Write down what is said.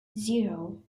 zero